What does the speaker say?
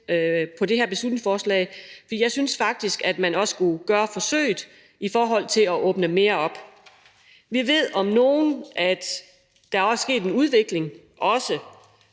til det her beslutningsforslag, for jeg synes faktisk også, at man skulle gøre et forsøg på at åbne mere op. Vi ved om nogen, at der er sket en udvikling, også